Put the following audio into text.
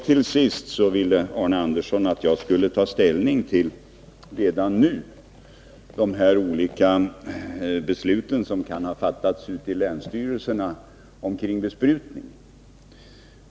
Till sist ville Arne Andersson att jag redan nu skall ta ställning till de olika beslut som har fattats i länsstyrelserna om besprutning.